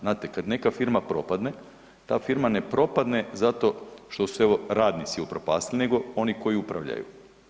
Znate kada neka firma propadne, ta firma ne propadne zato što su je evo radnici upropastili, nego oni koji upravljaju.